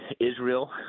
Israel